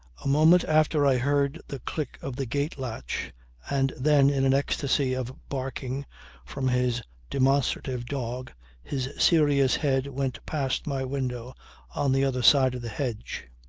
a moment after i heard the click of the gate-latch and then in an ecstasy of barking from his demonstrative dog his serious head went past my window on the other side of the hedge,